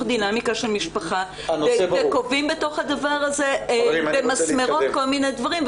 דינמיקה של משפחה וקובעים בתוך זה במסמרות כל מיני דברים.